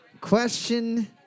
Question